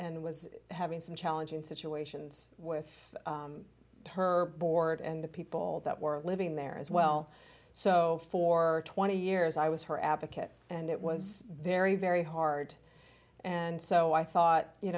and was having some challenging situations with her board and the people that were living there as well so for twenty years i was her advocate and it was very very hard and so i thought you